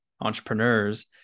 entrepreneurs